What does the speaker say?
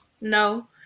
No